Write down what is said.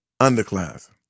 underclass